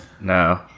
no